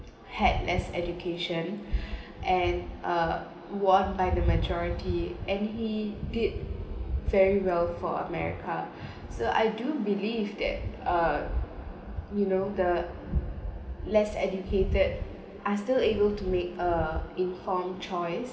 had less education and uh won by the majority and he did very well for america so I do believe that uh you know the less educated are still able to make a informed choice